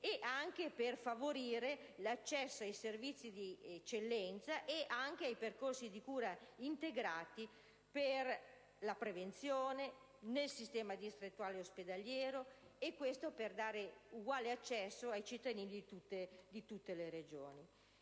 e anche per favorire l'accesso ai servizi di eccellenza e ai percorsi di cura integrati per la prevenzione nel sistema distrettuale ospedaliero, per garantire uguale accesso ai cittadini di tutte le Regioni.